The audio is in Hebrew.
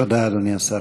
תודה, אדוני השר.